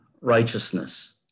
righteousness